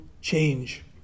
change